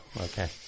okay